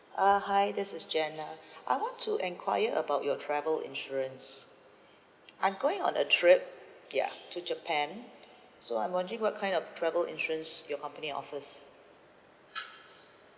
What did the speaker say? uh hi this is jenna I want to enquiry about your travel insurance I'm going on a trip ya to japan so I'm wondering what kind of travel insurance your company offers